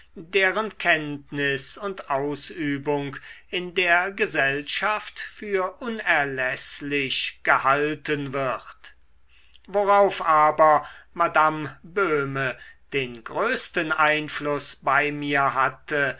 deren kenntnis und ausübung in der gesellschaft für unerläßlich gehalten wird worauf aber madame böhme den größten einfluß bei mir hatte